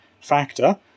factor